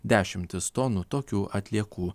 dešimtis tonų tokių atliekų